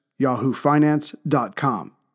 YahooFinance.com